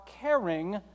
caring